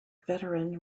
veteran